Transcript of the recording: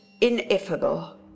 ineffable